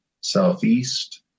southeast